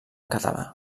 català